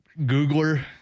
Googler